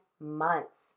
months